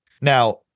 Now